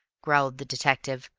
growled the detective,